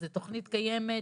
התוכנית כבר קיימת.